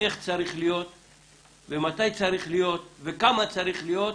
איך צריך להיות ומתי צריך להיות וכמה צריך להיות,